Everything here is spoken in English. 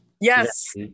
Yes